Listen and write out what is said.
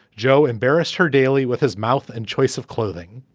joe embarrassed her daily with his mouth and choice of clothing.